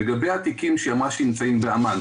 לגבי התיקים שהיא אמרה שנמצאים בעמאן.